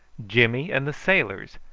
jimmy, and the sailors,